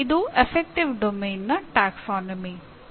ಇದು ಅಫೆಕ್ಟಿವ್ ಡೊಮೇನ್ನ ಪ್ರವರ್ಗ